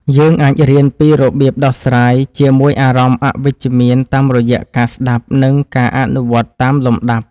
យើងអាចរៀនពីរបៀបដោះស្រាយជាមួយអារម្មណ៍អវិជ្ជមានតាមរយៈការស្តាប់ និង ការអនុវត្តតាមលំដាប់។